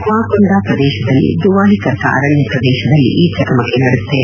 ಕ್ವಾಕೊಂಡ ಪ್ರದೇಶದಲ್ಲಿ ದುವಾಲಿಕರ್ಕಾ ಅರಣ್ಯ ಪ್ರದೇಶದಲ್ಲಿ ಈ ಚಕಮಕಿ ನಡೆದಿದೆ